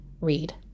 read